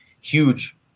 huge